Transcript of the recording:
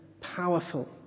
powerful